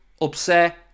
upset